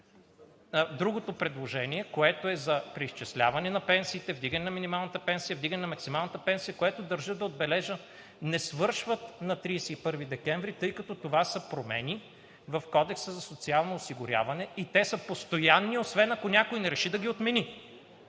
Другото предложение, което е за преизчисляване на пенсиите, вдигане на минималната пенсия, вдигане на максималната пенсия, което държа да отбележа, не свършват на 31 декември, тъй като това са промени в Кодекса за социално осигуряване и те са постоянни, освен ако някой не реши да ги отмени,